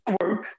work